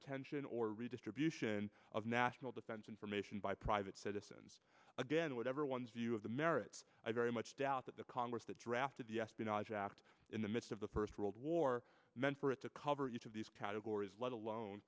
retention or redistribution of national defense information by private citizens again whatever one's view of the merits i very much doubt that the congress that drafted the espionage act in the midst of the first world war meant for it to cover each of these categories let alone